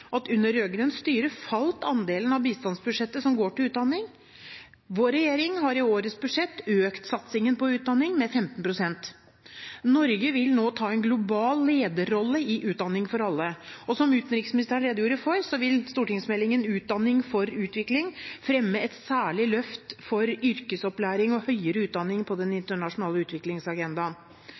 at under rød-grønt styre falt andelen av bistandsbudsjettet som går til utdanning. Vår regjering har i årets budsjett økt satsingen på utdanning med 15 pst. Norge vil nå ta en global lederrolle i utdanning for alle. Som utenriksministeren redegjorde for, vil stortingsmeldingen om utdanning for utvikling fremme et særlig løft for yrkesopplæring og høyere utdanning på den internasjonale utviklingsagendaen.